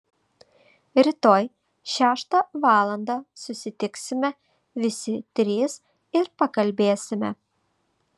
rytoj šeštą valandą susitiksime visi trys ir pakalbėsime